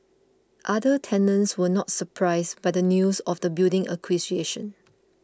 other tenants were not surprised by the news of the building's acquisition